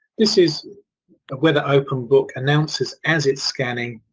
this is whether openbook announces as its scanning,